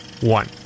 one